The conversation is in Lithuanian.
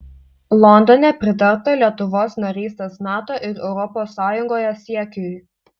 londone pritarta lietuvos narystės nato ir europos sąjungoje siekiui